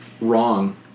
wrong